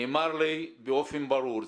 נאמר לי באופן ברור,